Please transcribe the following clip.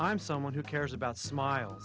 i'm someone who cares about smile